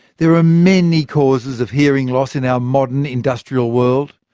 there are many causes of hearing loss in our modern industrial world.